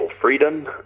freedom